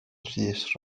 rhys